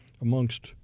amongst